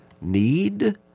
need